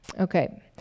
Okay